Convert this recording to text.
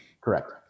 Correct